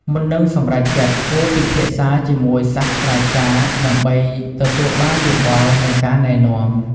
មុននឹងសម្រេចចិត្ត គួរពិភាក្សាជាមួយសាស្រ្តាចារ្យដើម្បីទទួលបានយោបល់ និងការណែនាំ។